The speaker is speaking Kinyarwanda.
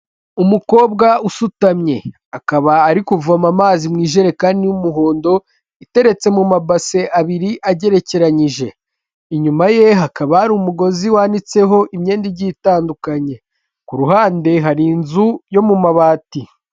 Umukobwa usutamye akaba ari kuvoma amazi mu ijerekani y'umuhondo iteretse mu mabase abiri agerekeranyije, inyuma ye hakaba hari umugozi wanitseho imyenda igiye itandukanye, ku ruhande hari inzu yo mu mabati.